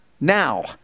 now